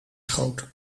schoot